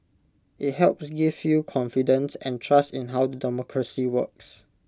IT helps gives you confidence and trust in how the democracy works